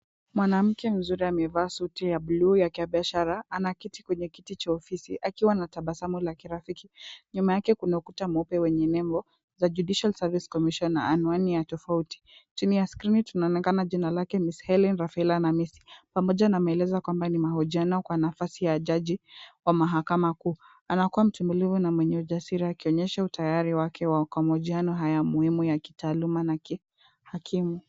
Mwanamke mzuri amevaa suti ya bluu ya kibiashara anaketi kwenye kiti cha ofisi akiwa na tabasamu la kirafiki, nyuma yake kuna ukuta mweupe wenye nembo, the judicial service commission , anwani na tovuti, chini ya skrini kunaonekana jina lake Ms Helene Rafaela Namisi pamoja na maelezo kwamba ni mahojiano kwa nafasi ya jaji wa mahakama kuu, anakuwa mtulivu na mwenye ujasiri akionyesha utayari wake kwa mahojiano haya muhimu ya kitaaluma na kihakimu.